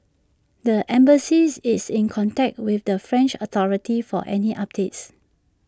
the embassies is in contact with the French authorities for any updates